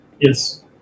Yes